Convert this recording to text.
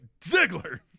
Ziggler